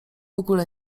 ogóle